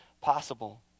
possible